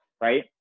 right